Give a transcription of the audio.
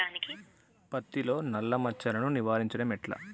పత్తిలో నల్లా మచ్చలను నివారించడం ఎట్లా?